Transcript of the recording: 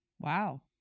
Wow